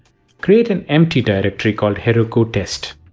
create an empty directory called heroku-test.